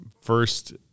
first